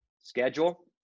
Schedule